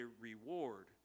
reward